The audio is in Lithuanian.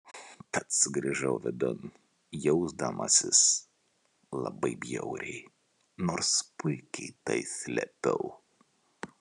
tad sugrįžau vidun jausdamasis labai bjauriai nors puikiai tai slėpiau